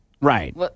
Right